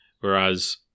Whereas